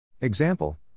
Example